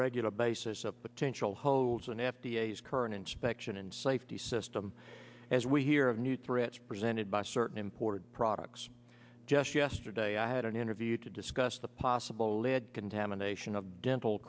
regular basis of potential holes and f d a is current inch section and safety system as we hear of new threats presented by certain imported products just yesterday i had an interview to discuss the possible lead contamination of dental